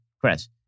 Chris